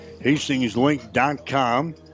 Hastingslink.com